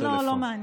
לא, לא מעניין.